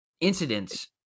incidents